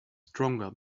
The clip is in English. stronger